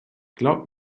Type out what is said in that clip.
glaub